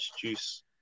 Juice